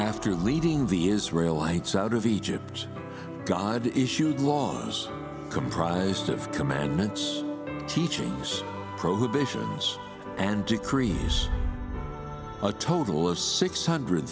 week after leading the israel lights out of egypt god issued laws comprised of commandments teachings prohibitions and decree a total of six hundred